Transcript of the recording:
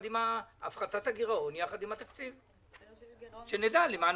הפחתת הגירעון יחד עם התקציב שנדע למה נותנים,